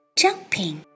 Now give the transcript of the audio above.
jumping